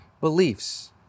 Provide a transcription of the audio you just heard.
beliefs